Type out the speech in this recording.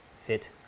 fit